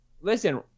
listen